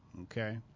okay